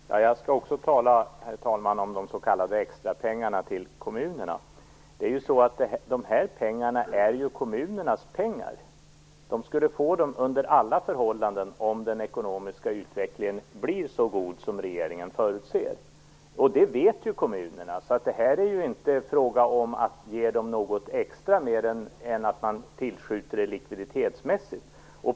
Herr talman! Jag skall också tala om de s.k. extrapengarna till kommunerna. Detta är ju kommunernas pengar. De skulle få dem under alla förhållanden om den ekonomiska utvecklingen blir så god som regeringen förutser. Det vet ju kommunerna. Det är ju inte frågan om att ge dem något extra, utan man tillskjuter det likviditetsmässigt.